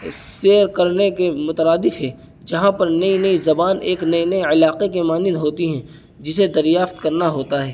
سیر کرنے کے مترادف ہے جہاں پر نئی نئی زبان ایک نئے نئے علاقے کے مانند ہوتی ہیں جسے دریافت کرنا ہوتا ہے